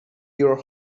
your